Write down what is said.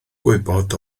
gwybod